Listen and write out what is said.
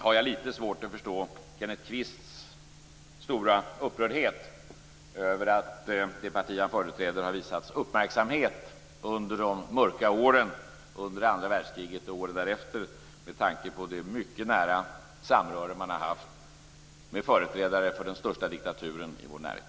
Jag har litet svårt att förstå Kenneth Kvists upprördhet över att det parti han företräder har visats uppmärksamhet under de mörka åren, under andra världskriget och åren därefter med tanke på det mycket nära samröre man haft med företrädare för den största diktaturen i vår närhet.